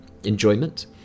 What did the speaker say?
enjoyment